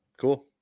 Cool